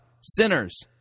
sinners